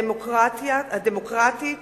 הדמוקרטית